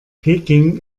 peking